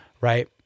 Right